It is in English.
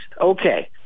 Okay